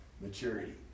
maturity